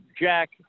Jack